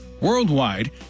worldwide